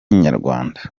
nyarwanda